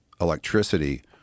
electricity